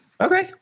Okay